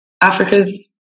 Africa's